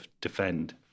defend